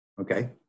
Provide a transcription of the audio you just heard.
Okay